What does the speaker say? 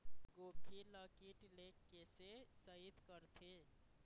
गोभी ल कीट ले कैसे सइत करथे?